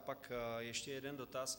A pak ještě jeden dotaz.